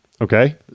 Okay